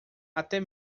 até